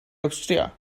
awstria